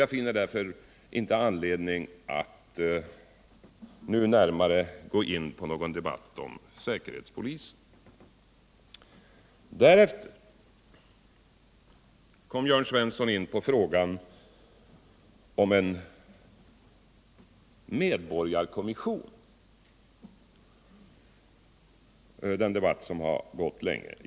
Jag finner därför inte anledning att nu närmare gå in i någon debatt om säkerhetspolisen. Därefter kom Jörn Svensson in på frågan om en medborgarkommission — en debatt som har förts länge.